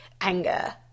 anger